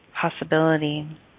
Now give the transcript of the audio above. possibility